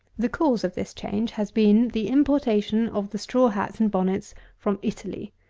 the cause of this change has been, the importation of the straw hats and bonnets from italy,